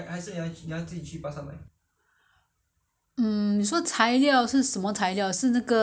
你是指什么材料因为你都说你不要自己煮你要去超级市场买